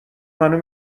منو